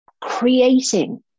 creating